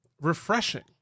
refreshing